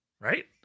right